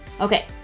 Okay